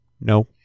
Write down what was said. No